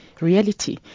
reality